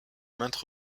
maintes